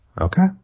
Okay